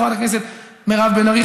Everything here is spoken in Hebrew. חברת הכנסת מירב בן ארי,